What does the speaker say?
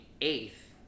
eighth